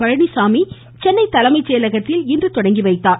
பழனிச்சாமி சென்னை தலைமைச் செயலகத்தில் இன்று தொடங்கி வைத்தார்